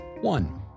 one